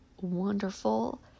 wonderful